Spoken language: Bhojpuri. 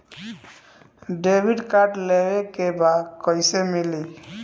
डेबिट कार्ड लेवे के बा कईसे मिली?